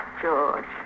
George